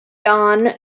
don